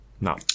No